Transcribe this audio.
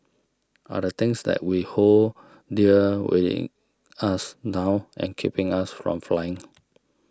are the things that we hold dear weighing us down and keeping us from flying